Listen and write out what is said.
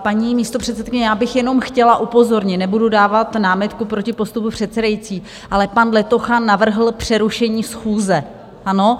Paní místopředsedkyně, já bych jenom chtěla upozornit, nebudu dávat námitku proti postupu předsedající, ale pan Letocha navrhl přerušení schůze, ano?